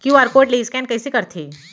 QR code ले scan कइसे करथे?